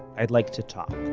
i'd like to talk.